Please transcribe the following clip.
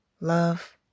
Love